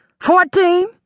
Fourteen